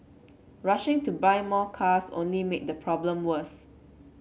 rushing to buy more cars only made the problem worse